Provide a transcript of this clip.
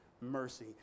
mercy